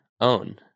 own